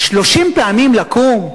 30 פעמים לקום?